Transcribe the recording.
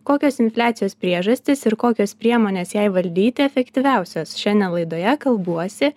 kokios infliacijos priežastys ir kokios priemonės jai valdyti efektyviausios šiandien laidoje kalbuosi